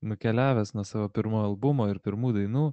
nukeliavęs nuo savo pirmo albumo ir pirmų dainų